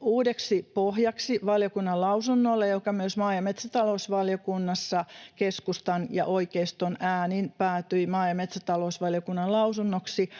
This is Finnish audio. uudeksi pohjaksi valiokunnan lausunnolle ja joka myös maa- ja metsätalousvaliokunnassa keskustan ja oikeiston äänin päätyi maa- ja metsätalousvaliokunnan lausunnoksi,